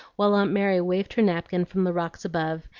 while aunt mary waved her napkin from the rocks above,